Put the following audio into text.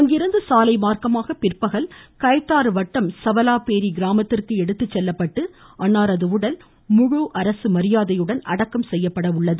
அங்கிருந்து சாலை மார்க்கமாக பிற்பகல் கயத்தாறு வட்டம் சவலாப்பேரி கிராமத்திற்கு எடுத்துச் செல்லப்பட்டு அன்னாரது உடல் முழு அரசு மரியாதையுடன் அடக்கம் செய்யப்பட உள்ளது